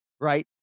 right